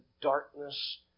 darkness